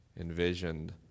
envisioned